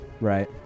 right